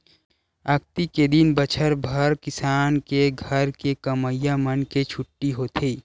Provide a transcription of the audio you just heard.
अक्ती के दिन बछर भर किसान के घर के कमइया मन के छुट्टी होथे